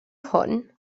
hwn